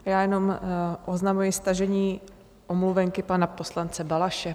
Já jenom oznamuji stažení omluvenky pana poslance Balaše.